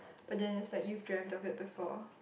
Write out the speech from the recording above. but then it's like you've dreamt of it before